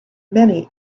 many